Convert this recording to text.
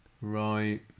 Right